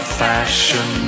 fashion